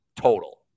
Total